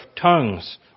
tongues